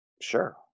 Sure